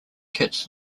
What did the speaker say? kitts